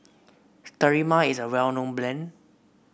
sterimar is a well known brand